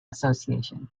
association